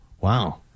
Wow